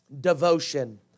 devotion